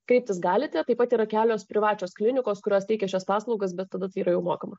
kreiptis galite taip pat yra kelios privačios klinikos kurios teikia šias paslaugas bet tada tai yra jau mokama